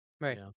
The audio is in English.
Right